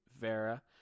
Vera